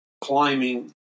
climbing